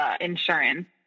insurance